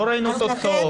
לא ראינו תוצאות,